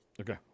Okay